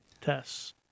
tests